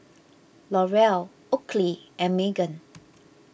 L'Oreal Oakley and Megan